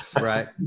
Right